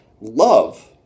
LOVE